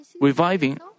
Reviving